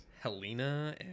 Helena